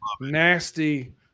nasty